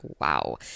wow